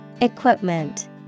Equipment